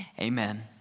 amen